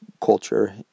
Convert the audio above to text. culture